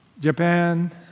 Japan